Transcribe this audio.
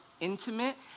intimate